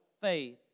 faith